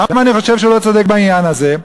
למה אני חושב שהוא לא צודק בעניין הזה?